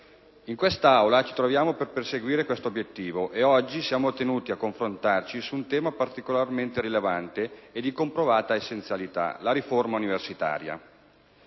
in quest'Aula per perseguire questo obiettivo e oggi siamo tenuti a confrontarci su un tema particolarmente rilevante e di comprovata essenzialità: la riforma universitaria.